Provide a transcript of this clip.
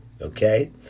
Okay